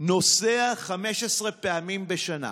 נוסע 15 פעמים בשנה,